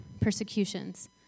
persecutions